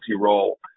role